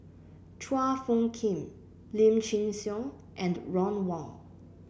Chua Phung Kim Lim Chin Siong and Ron Wong